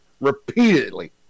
Repeatedly